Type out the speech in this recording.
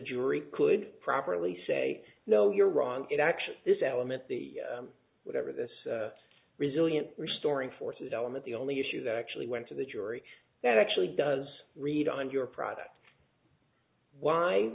jury could properly say no you're wrong it actually this element the whatever this resilient restoring forces element the only issue that actually went to the jury that actually does read on your product why